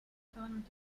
saanud